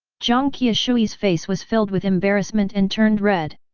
jiang qiushui's face was filled with embarrassment and turned red.